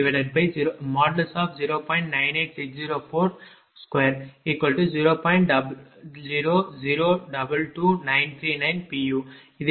01120